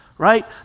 Right